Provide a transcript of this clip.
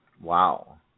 Wow